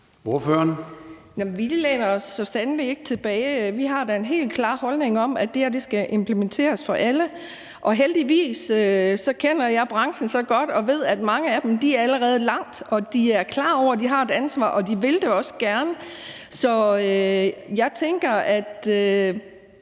Vi læner os så sandelig ikke tilbage. Vi har da en helt klar holdning om, at det her skal implementeres for alle, og heldigvis kender jeg branchen så godt, at jeg ved, at mange af dem allerede er langt, og de er klar over, at de har et ansvar, og de vil det også gerne. Så jeg tænker, at